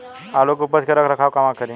आलू के उपज के रख रखाव कहवा करी?